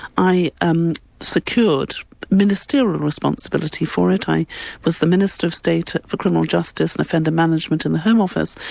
i um secured ministerial responsibility for it. i was the minister of state for criminal justice and offender management in the home office,